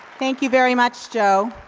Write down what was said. thank you very much, joe.